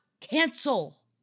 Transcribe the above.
cancel